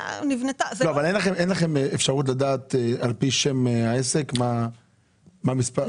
אין לכם אפשרות לדעת על פי שם העסק מה מספר התיק.